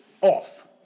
off